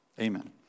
Amen